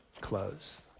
close